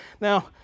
Now